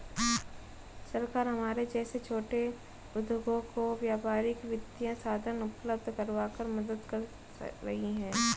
सरकार हमारे जैसे छोटे उद्योगों को व्यापारिक वित्तीय साधन उपल्ब्ध करवाकर मदद कर रही है